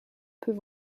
peut